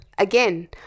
Again